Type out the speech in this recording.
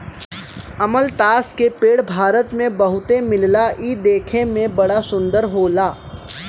अमलतास के पेड़ भारत में बहुते मिलला इ देखे में बड़ा सुंदर होला